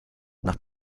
nach